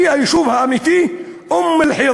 היא היישוב האמיתי אום-אלחיראן.